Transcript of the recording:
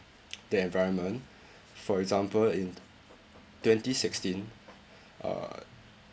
the environment for example in twenty sixteen uh